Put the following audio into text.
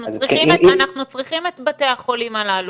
אנחנו צריכים את בתי החולים הללו.